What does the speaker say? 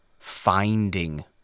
finding